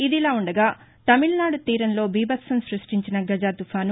ఇదిలా ఉండగాతమికనాడు తీరంలో బీభత్సం సృష్టించిన గజ తుపాను